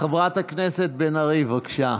חברת הכנסת בן ארי, בבקשה.